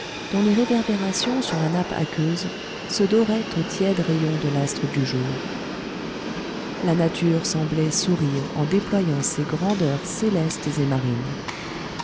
dont les réverbérations sur la nappe aqueuse se doraient aux tièdes rayons de l'astre du jour la nature semblait sourire en déployant ses grandeurs célestes et marines